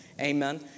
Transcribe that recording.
Amen